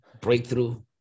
Breakthrough